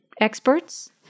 Experts